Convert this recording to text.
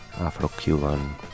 afro-cuban